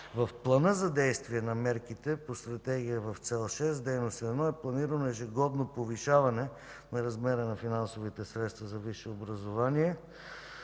В Плана за действие на мерките по Стратегията в цел 6, дейност 1 е планирано ежегодно повишаване на размера на финансовите средства за висше образование